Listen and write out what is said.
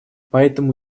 поэтому